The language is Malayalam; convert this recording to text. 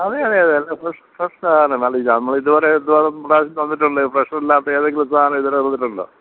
അതെയതെയതെ അതെ ഫ്ര ഫ്രഷാണ് നല്ല ഇതാണ് നമ്മളിത് വരെ തന്നിട്ടില്ലല്ലോ ഫ്രഷ് ഫ്രഷല്ലാത്ത ഏതെങ്കിലും സാധനം ഇതുവരെ തന്നിട്ടുണ്ടോ